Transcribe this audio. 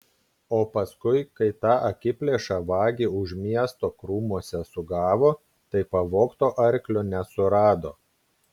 o paskui kai tą akiplėšą vagį už miesto krūmuose sugavo tai pavogto arklio nesurado